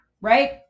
right